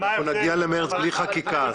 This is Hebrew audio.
החשש הוא שנגיע למרץ בלי חקיקה.